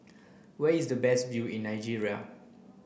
where is the best view in Nigeria